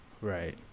Right